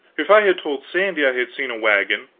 if i had told sandy i had seen a wagon,